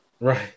Right